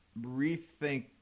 rethink